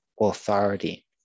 authority